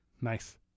Nice